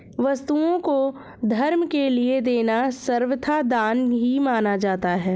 वस्तुओं को धर्म के लिये देना सर्वथा दान ही माना जाता है